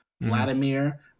Vladimir